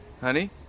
Honey